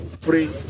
free